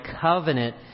covenant